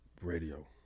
radio